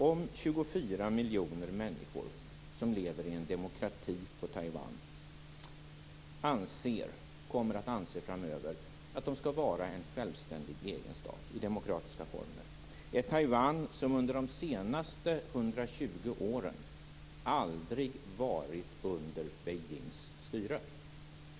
Antag att 24 miljoner människor som lever i en demokrati i Taiwan anser och kommer att anse framöver att Taiwan skall vara en självständig egen stat i demokratiska former. Taiwan har under de senaste 120 åren aldrig varit under Beijings styre.